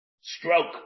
stroke